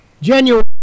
January